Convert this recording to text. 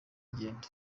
ingendo